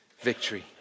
victory